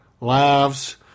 laughs